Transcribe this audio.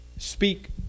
speak